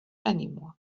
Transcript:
anymore